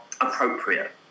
appropriate